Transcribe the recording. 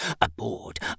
aboard